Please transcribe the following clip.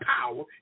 power